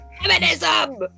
feminism